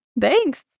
Thanks